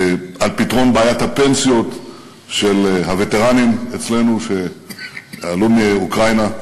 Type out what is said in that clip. על פתרון בעיית הפנסיות של הווטרנים אצלנו שעלו מאוקראינה,